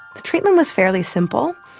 the treatment was fairly simple,